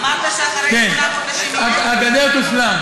אמרת שאחרי שמונה חודשים, כן, הגדר תושלם.